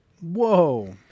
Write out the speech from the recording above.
Whoa